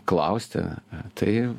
klausti tai